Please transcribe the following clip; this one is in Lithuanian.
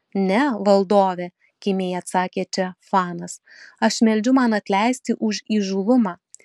ne valdove kimiai atsakė če fanas aš meldžiu man atleisti už įžūlumą